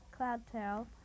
Cloudtail